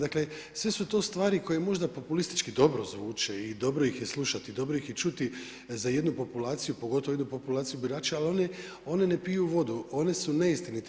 Dakle, sve su to stvari koje možda populistički dobro zvuče i dobro ih je slušati i dobro ih je čuti za jednu populaciju, pogotovo jedu populaciju birača, ali one ne piju vodu, one su neistinite.